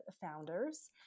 founders